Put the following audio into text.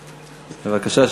בבקשה.